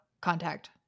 contact